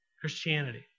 Christianity